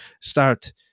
start